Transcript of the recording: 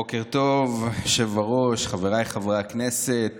בוקר טוב, היושב-ראש, חבריי חברי הכנסת